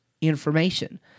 information